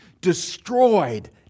destroyed